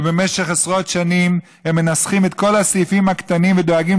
ובמשך עשרות שנים הם מנסחים את כל הסעיפים הקטנים ודואגים